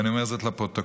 ואני אומר זאת לפרוטוקול,